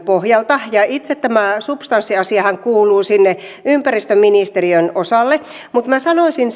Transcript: pohjalta itse tämä substanssiasiahan kuuluu sinne ympäristöministeriön osalle mutta minä sanoisin